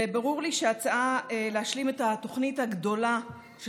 וברור לי שההצעה להשלים את התוכנית הגדולה של